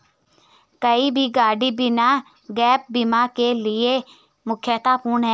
कोई भी गाड़ी बिना गैप बीमा के लेना मूर्खतापूर्ण है